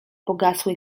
pogasły